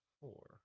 four